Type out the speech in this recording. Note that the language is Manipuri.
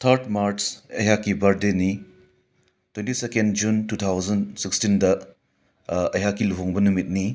ꯊꯥꯔꯗ ꯃꯥꯔꯆ ꯑꯩꯍꯥꯛꯀꯤ ꯕꯔꯊꯗꯦꯅꯤ twenty second June two thousand sixteen ꯗ ꯑꯩꯍꯥꯛꯀꯤ ꯂꯨꯍꯣꯡꯕ ꯅꯨꯃꯤꯠꯅꯤ